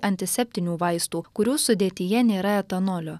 antiseptinių vaistų kurių sudėtyje nėra etanolio